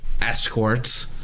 escorts